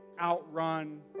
outrun